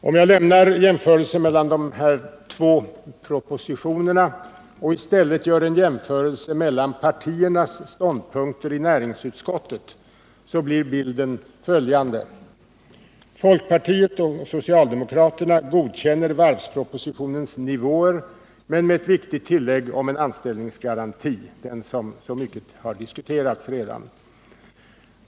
Om jag lämnar jämförelsen mellan de två propositionerna och i stället gör en jämförelse mellan partiernas ståndpunkter i näringsutskottet blir bilden följande. Folkpartiet och socialdemokraterna godkänner varvspropositionens nivåer men med ett viktigt tillägg om en anställningsgaranti, den som så mycket har diskuterats redan.